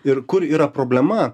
ir kur yra problema